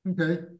Okay